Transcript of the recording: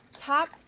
Top